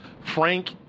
Frank